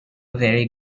very